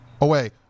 Away